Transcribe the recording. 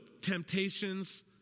temptations